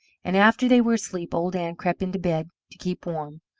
and after they were asleep old ann crept into bed to keep warm,